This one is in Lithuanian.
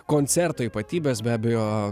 koncerto ypatybes be abejo